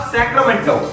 Sacramento